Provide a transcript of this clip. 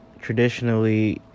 traditionally